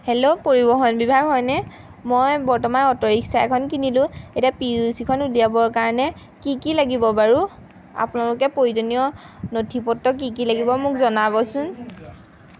hello পৰিৱহণ বিভাগ হয়নে মই বৰ্তমান অ'টো ৰিক্সা এখন কিনিলোঁ এতিয়া পি ইউ চি খন উলিয়াবৰ কাৰণে কি কি লাগিব বাৰু আপোনালোকে প্ৰয়োজনীয় নথি পত্ৰ কি কি লাগিব মোক জনাবচোন